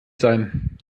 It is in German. sein